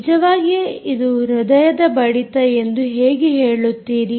ನಿಜವಾಗಿ ಇದು ಹೃದಯದ ಬಡಿತ ಎಂದು ಹೇಗೆ ಹೇಳುತ್ತೀರಿ